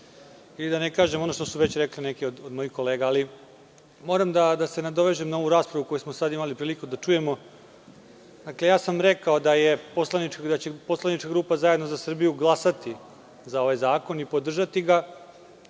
i da ne kažem ono što su već rekle neke od mojih kolega. Moram da se nadovežem na ovu raspravu koju smo sada imali prilike da čujemo. Rekao sam da će poslanička grupa ZZS glasati za ovaj zakon i podržati ga.